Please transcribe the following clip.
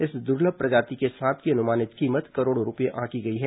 इस दुर्लभ प्रजाति के सांप की अनुमानित कीमत करोड़ों रूपये आंकी गई है